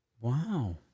Wow